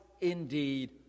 indeed